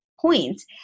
points